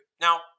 Now